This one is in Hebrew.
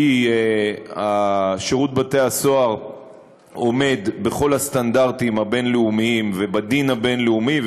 כי שירות בתי-הסוהר עומד בכל הסטנדרטים הבין-לאומיים ובדין הבין-לאומי,